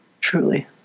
Truly